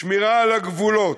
שמירה על הגבולות,